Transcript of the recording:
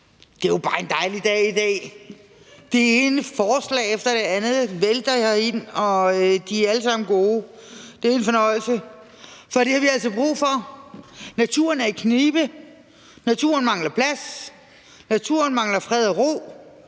Det er jo bare en dejlig dag i dag. Det ene forslag efter det andet vælter ind, og de er alle sammen gode – det er en fornøjelse, for det har vi altså brug for. Naturen er i knibe; naturen mangler plads; naturen mangler fred og ro,